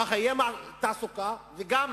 כך תהיה תעסוקה, וגם